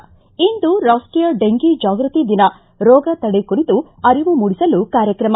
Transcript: ಿ ಇಂದು ರಾಷ್ಟೀಯ ಡೆಂಗೀ ಜಾಗೃತಿ ದಿನ ರೋಗ ತಡೆ ಕುರಿತು ಅರಿವು ಮೂಡಿಸಲು ಕಾರ್ಯಕ್ರಮ